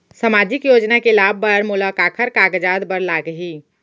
सामाजिक योजना के लाभ बर मोला काखर कागजात बर लागही?